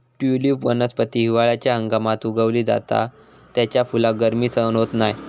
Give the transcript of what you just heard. tulip वनस्पती हिवाळ्याच्या हंगामात उगवली जाता त्याच्या फुलाक गर्मी सहन होत नाय